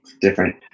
different